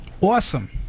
Awesome